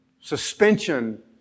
suspension